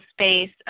space